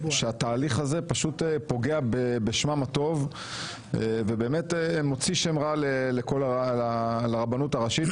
שהתהליך הזה פשוט פוגע בשמם הטוב ומוציא שם רע לרבנות הראשית.